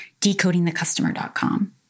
decodingthecustomer.com